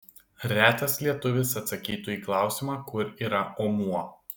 retas lietuvis atsakytų į klausimą kur yra omuo